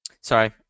sorry